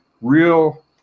real